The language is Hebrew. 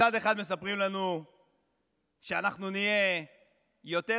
מצד אחד מספרים לנו שאנחנו נהיה יותר